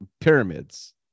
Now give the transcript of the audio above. pyramids